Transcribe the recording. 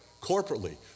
corporately